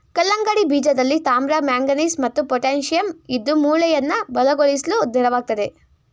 ಕಲ್ಲಂಗಡಿ ಬೀಜದಲ್ಲಿ ತಾಮ್ರ ಮ್ಯಾಂಗನೀಸ್ ಮತ್ತು ಪೊಟ್ಯಾಶಿಯಂ ಇದ್ದು ಮೂಳೆಯನ್ನ ಬಲಗೊಳಿಸ್ಲು ನೆರವಾಗ್ತದೆ